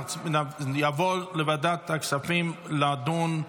הנושא יעבור לוועדת הכספים לדיון.